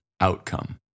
outcome